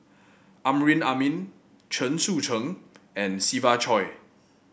Amrin Amin Chen Sucheng and Siva Choy